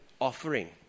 offering